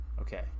Okay